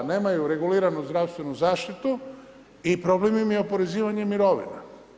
Nemaju reguliranu zdravstvenu zaštitu i problem im je oporezivanje mirovina.